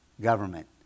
government